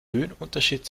höhenunterschied